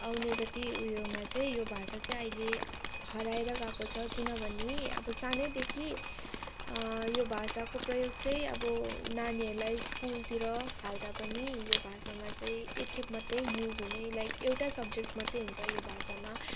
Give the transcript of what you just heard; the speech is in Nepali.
आउने जति ऊ योमा चाहिँ यो भाषा चाहिँ अहिले हराएर गएको छ किनभने अब सानैदेखि यो भाषाको प्रयोग चाहिँ अब नानीहरूलाई स्कुलतिर हाल्दा पनि यो भाषामा चाहिँ एकखेप मात्रै युज हुने लाइक एउटा सब्जेक्ट मात्रै हुन्छ यो भाषामा